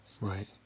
Right